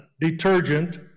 Detergent